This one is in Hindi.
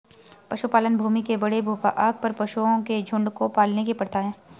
पशुपालन भूमि के बड़े भूभाग पर पशुओं के झुंड को पालने की प्रथा है